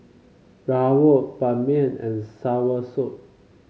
rawon Ban Mian and soursop